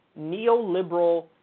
neoliberal